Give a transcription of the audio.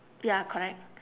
ya correct